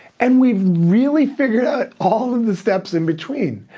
and we really figured out all of the steps in between.